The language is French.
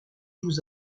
vous